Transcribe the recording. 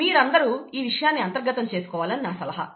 మీరందరూ ఈ విషయాన్ని అంతర్గతం చేసుకోవాలని నా సలహా